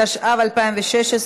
התשע"ה 2015,